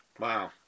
Wow